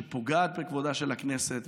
שפוגעת בכבודה של הכנסת.